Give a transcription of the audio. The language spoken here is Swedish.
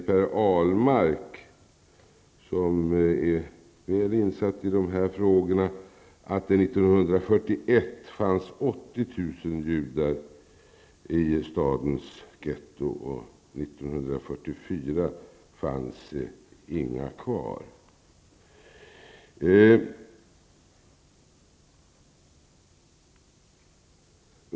Per Ahlmark, som är väl insatt i dessa frågor, säger att det 1941 fanns 80 000 judar i Vilnius getto och att det 1944 inte fanns några kvar.